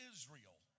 Israel